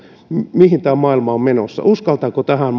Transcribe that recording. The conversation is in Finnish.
mihin tämä maailma on menossa uskaltaako tähän